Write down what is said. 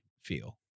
feel